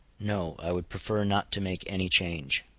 no i would prefer not to make any change.